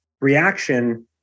reaction